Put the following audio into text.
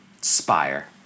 spire